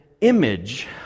image